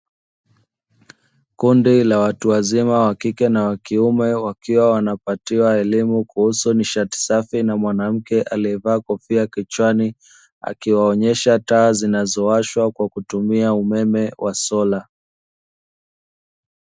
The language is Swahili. Kundi la watu wazima wa kike na wa kiume, wakiwa wanapatiwa elimu kuhusu nishati safi na mwanamke aliyevaa kofia kichwani, akiwaonesha taa zinazowashwa kwa kutumia umeme wa sola.